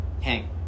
hang